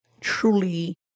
truly